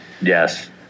Yes